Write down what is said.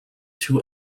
two